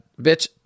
Bitch